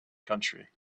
country